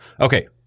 Okay